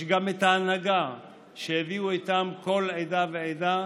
יש גם ההנהגה שהביאה איתה כל עדה ועדה,